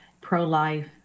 pro-life